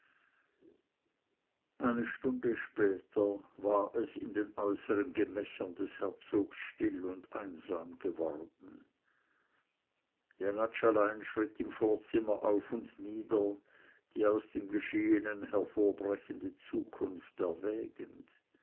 eine stunde später war es in den äußern gemächern des herzogs still und einsam geworden jenatsch allein schritt im vorzimmer auf und nieder die aus dem geschehenen hervorbrechende zukunft erwägend